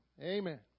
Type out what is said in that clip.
Amen